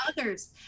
others